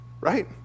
right